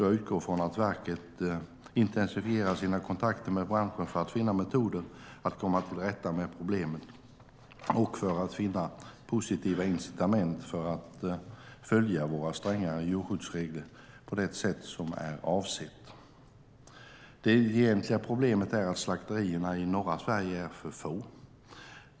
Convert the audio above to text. Jag utgår ifrån att verket intensifierar sina kontakter med branschen för att finna metoder att komma till rätta med problemet och för att finna positiva incitament för att följa våra strängare djurskyddsregler på det sätt som är avsett. Det egentliga problemet är att slakterierna i norra Sverige är för få.